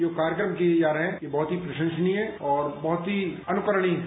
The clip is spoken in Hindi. जो कार्यक्रम किए जा रहे हैं वो बहत ही प्रशंसनीय और बहत ही अन्करणीय हैं